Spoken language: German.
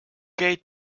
gate